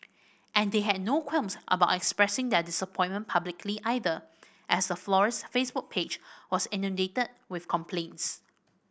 and they had no qualms about expressing their disappointment publicly either as the florist's Facebook page was inundated with complaints